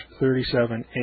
37A